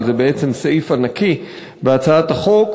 אבל זה בעצם סעיף ענק בהצעת החוק,